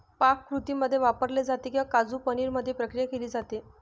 पाककृतींमध्ये वापरले जाते किंवा काजू पनीर मध्ये प्रक्रिया केली जाते